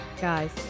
Guys